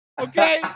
Okay